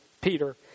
peter